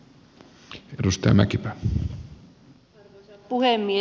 arvoisa puhemies